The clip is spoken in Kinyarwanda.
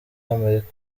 amerika